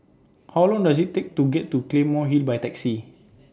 How Long Does IT Take to get to Claymore Hill By Taxi